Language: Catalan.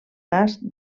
gas